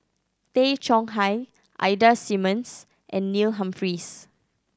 Tay Chong Hai Ida Simmons and Neil Humphreys